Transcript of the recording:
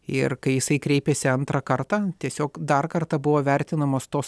ir kai jisai kreipėsi antrą kartą tiesiog dar kartą buvo vertinamos tos